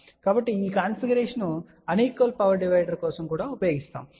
కాబట్టి ఈ configuration unequal power divider కోసం కూడా ఉపయోగించబడుతుంది